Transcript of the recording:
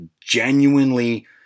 genuinely